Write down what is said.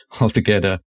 altogether